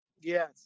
Yes